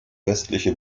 westliche